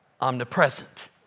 omnipresent